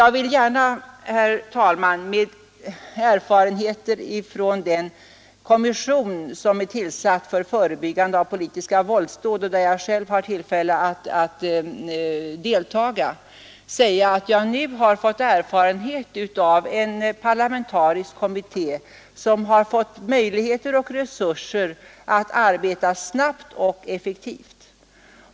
Genom den kommission, som är tillsatt för förebyggande av politiska våldsdåd och som jag själv har tillfälle att delta i, har jag fått erfarenhet av en parlamentarisk kommitté som givits möjligheter och resurser att arbeta snabbt och effektivt.